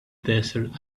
desert